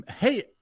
hey